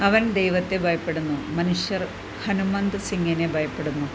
അവൻ ദൈവത്തെ ഭയപ്പെടുന്നു മനുഷ്യർ ഹനുമന്ത് സിങ്ങിനെ ഭയപ്പെടുന്നു